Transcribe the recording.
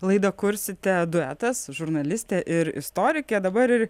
laidą kursite duetas žurnalistė ir istorikė dabar ir